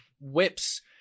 whips